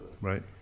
Right